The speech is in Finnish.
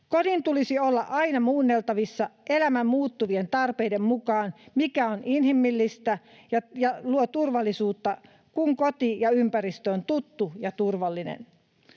Kodin tulisi olla aina muunneltavissa elämän muuttuvien tarpeiden mukaan. On inhimillistä ja luo turvallisuutta, kun koti ja ympäristö on tuttu ja turvallinen.